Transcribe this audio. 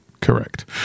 correct